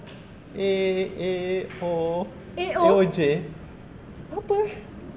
A A O O J apa eh